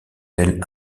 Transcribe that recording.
ailes